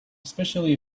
especially